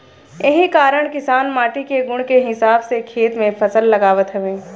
एही कारण किसान माटी के गुण के हिसाब से खेत में फसल लगावत हवे